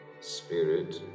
Spirit